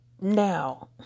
now